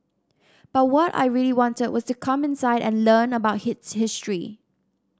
but what I really wanted was to come inside and learn about its history